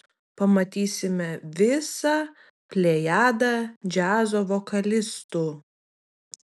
pamatysime visą plejadą džiazo vokalistų